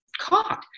caught